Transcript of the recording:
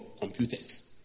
computers